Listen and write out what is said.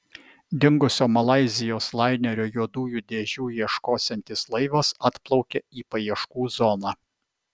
dingusio malaizijos lainerio juodųjų dėžių ieškosiantis laivas atplaukė į paieškų zoną